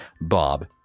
Bob